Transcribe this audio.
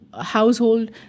household